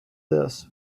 this